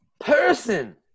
person